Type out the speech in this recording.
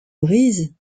brises